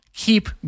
Keep